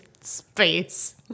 space